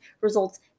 results